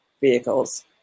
vehicles